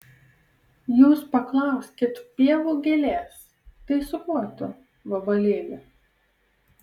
jūs paklauskit pievų gėlės tai su kuo tu vabalėli